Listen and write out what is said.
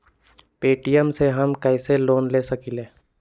Paytm से हम कईसे लोन ले सकीले?